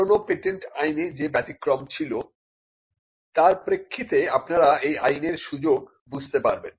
পুরানো পেটেন্ট আইনে যে ব্যতিক্রম ছিল তার প্রেক্ষিতে আপনারা এই আইনের সুযোগ বুঝতে পারবেন